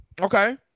Okay